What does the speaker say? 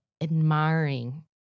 admiring